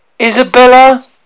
Isabella